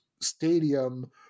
stadium